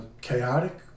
chaotic